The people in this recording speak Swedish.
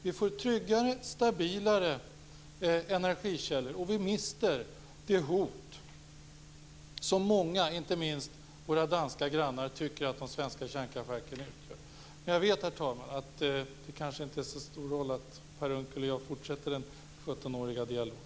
Vi får tryggare och stabilare energikällor, och vi mister det hot som många, inte minst våra danska grannar, tycker att de svenska kärnkraftverken utgör. Herr talman! Det kanske inte är så stor idé att Per Unckel och jag fortsätter den 17-åriga dialogen.